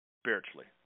spiritually